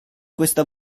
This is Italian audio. questa